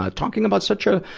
ah talking about such a,